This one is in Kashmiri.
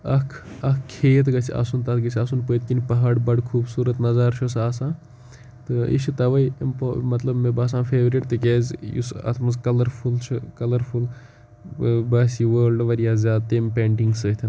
اَکھ اَکھ کھیت گَژھِ آسُن تَتھ گَژھِ آسُن پٔتۍ کِنۍ پہاڑ بَڑٕ خوٗبصوٗرَت نَظار چھُ سُہ آسان تہِ یہِ چھُ تَوَے مےٚ باسان فیورِٹ تکیازٕ یُس اتھ مَنٛز کَلَرفُل چھُ کَلَرفُل باسہِ یہِ وٲلڈٕ واریاہ زیادٕ تمہِ پینٹِنٛگ سۭتۍ